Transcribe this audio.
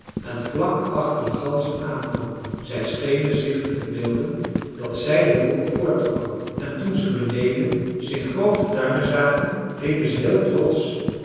en vlak achter de ganzen aankwam zij schenen zich te verbeelden dat zij de wolk voorttrokken en toen ze beneden zich groote tuinen zagen riepen ze heel trotsch